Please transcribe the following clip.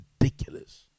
ridiculous